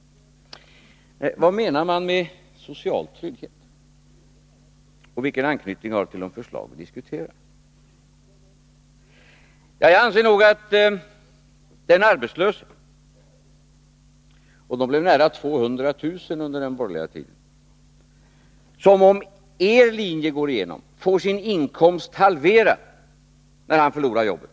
Vad menas med social trygghet, och vilken anknytning har begreppet till de förslag som vi nu diskuterar? Om den borgerliga linjen går igenom får den arbetslöse — och de arbetslösa blev nära 200 000 under den borgerliga regeringstiden — sin inkomst halverad när han förlorar jobbet.